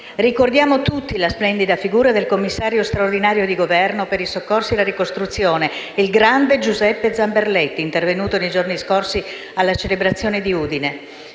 Ricordiamo tutti la splendida figura del commissario straordinario di Governo per i soccorsi e la ricostruzione, il grande Giuseppe Zamberletti, intervenuto nei giorni scorsi alle celebrazioni di Udine.